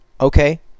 okay